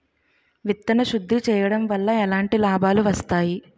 విత్తన శుద్ధి చేయడం వల్ల ఎలాంటి లాభాలు వస్తాయి?